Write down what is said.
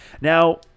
Now